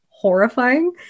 horrifying